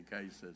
cases